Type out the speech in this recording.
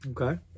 Okay